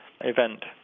event